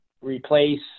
replace